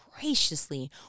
graciously